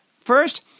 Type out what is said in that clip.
First